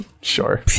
Sure